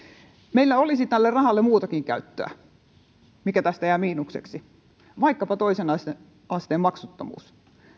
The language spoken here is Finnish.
meillä olisi muutakin käyttöä tälle rahalle mikä tästä jää miinukseksi vaikkapa toisen asteen asteen maksuttomuuteen